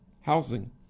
housing